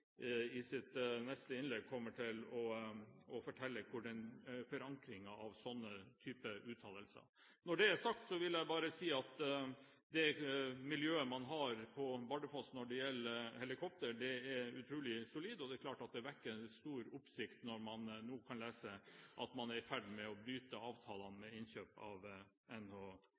i sitt neste innlegg kommer til å fortelle hvor slike uttalelser er forankret. Når det er sagt, vil jeg bare si at det miljøet man har på Bardufoss når det gjelder helikopter, er utrolig solid. Og det er klart at det vekker stor oppsikt når man nå kan lese at man er i ferd med å bryte avtalene med innkjøp av